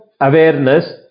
awareness